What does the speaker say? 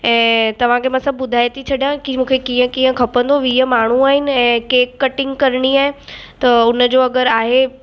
ऐं तव्हांखे मां सभु ॿुधाए थी छॾियां की मूंखे कीअं कीअं खपंदो वीह माण्हू आहिनि ऐं केक कटिंग करिणी आहे त हुनजो अगरि आहे